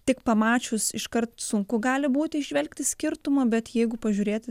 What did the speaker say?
tik pamačius iškart sunku gali būti įžvelgti skirtumą bet jeigu pažiūrėti